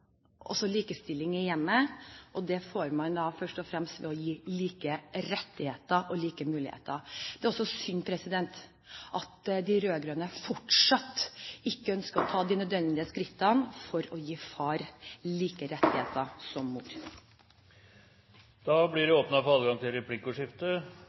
også om likestilling i hjemmet, og det får man først og fremst ved å gi like rettigheter og like muligheter. Det er synd at de rød-grønne fortsatt ikke ønsker å ta de nødvendige skrittene for å gi far like rettigheter som